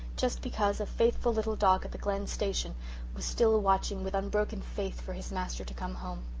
just because a faithful little dog at the glen station was still watching with unbroken faith for his master to come home.